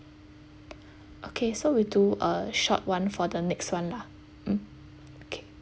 okay so we do a short one for the next one lah mm okay